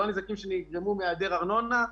לא הנזקים שנגרמו מהיעדר ארנונה,